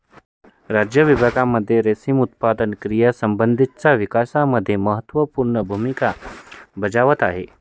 राज्य विभागांमध्ये रेशीम उत्पादन क्रियांसंबंधीच्या विकासामध्ये महत्त्वपूर्ण भूमिका बजावत आहे